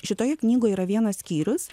šitoje knygoje yra vienas skyrius